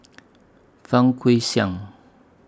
Fang Guixiang